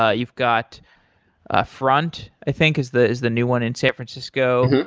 ah you've got ah front, i think is the is the new one in san francisco,